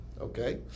Okay